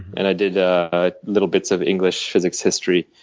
and i did ah ah little bits of english, physics, history.